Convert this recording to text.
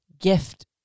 gift